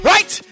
Right